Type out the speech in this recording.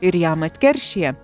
ir jam atkeršija